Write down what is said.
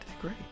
great